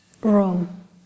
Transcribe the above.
room